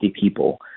people